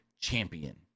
champion